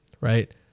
Right